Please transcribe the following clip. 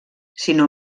sinó